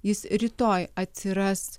jis rytoj atsiras